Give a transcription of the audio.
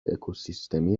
اکوسیستمی